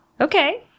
Okay